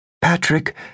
Patrick